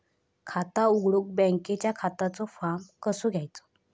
खाता उघडुक बँकेच्या खात्याचो फार्म कसो घ्यायचो?